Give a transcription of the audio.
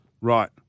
right